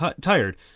tired